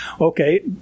Okay